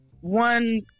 one